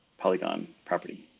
polygon property.